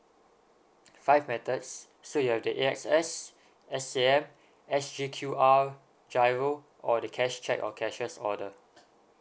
five methods so you have the A_X_S S_A_M S_G Q_R G_I_R_O or the cash cheque or cashiers order